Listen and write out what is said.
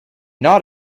not